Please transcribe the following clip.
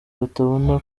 batabona